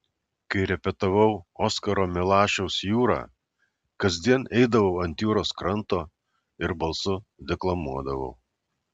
kai repetavau oskaro milašiaus jūrą kasdien eidavau ant jūros kranto ir balsu deklamuodavau